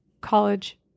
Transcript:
college